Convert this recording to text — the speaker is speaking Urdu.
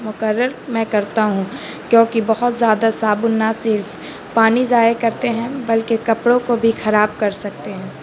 مقرر میں کرتا ہوں کیوںکہ بہت زیادہ صابن نہ صرف پانی ضائع کرتے ہیں بلکہ کپڑوں کو بھی خراب کر سکتے ہیں